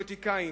פוליטיקאים,